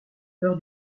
peur